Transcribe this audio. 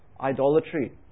idolatry